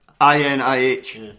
I-N-I-H